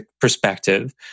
perspective